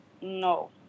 No